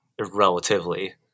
relatively